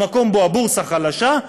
במקום שבו הבורסה חלשה,